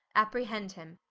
apprehend him,